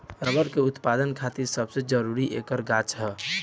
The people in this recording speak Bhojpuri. रबर के उत्पदान खातिर सबसे जरूरी ऐकर गाछ ह